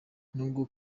n’ubwo